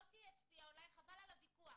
חבל על הוויכוח